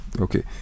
okay